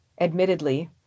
Admittedly